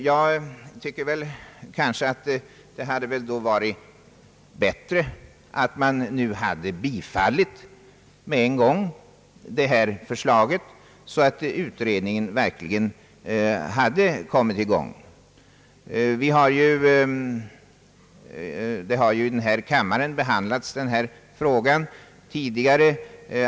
Jag tycker att det hade varit bättre att förslaget bifallits med en gång, så att utredningen verkligen hade kommit i gång. Denna fråga har behandlats tidigare här i riksdagen.